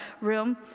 room